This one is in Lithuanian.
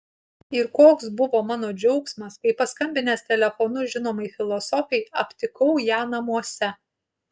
ir koks buvo mano džiaugsmas kai paskambinęs telefonu žinomai filosofei aptikau ją namuose